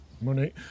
Money